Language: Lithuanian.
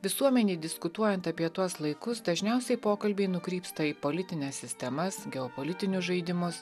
visuomenei diskutuojant apie tuos laikus dažniausiai pokalbiai nukrypsta į politines sistemas geopolitinius žaidimus